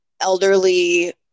elderly